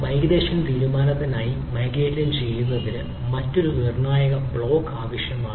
migration തീരുമാനത്തിനായി migrate ചെയ്യുന്നതിന് മറ്റൊരു നിർണ്ണായക ബ്ലോക്ക് ആവശ്യമാണ്